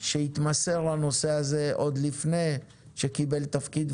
שהתמסר לנושא הזה עוד לפני שקיבל תפקיד,